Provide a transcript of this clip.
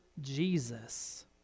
Jesus